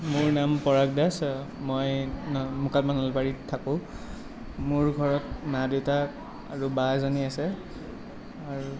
মোৰ নাম পৰাগ দাস মই মুকাল মুকালমৰা নলবাৰীত থাকোঁ মোৰ ঘৰত মা দেউতা আৰু বা এজনী আছে আৰু